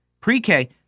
pre-K